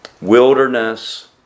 wilderness